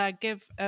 give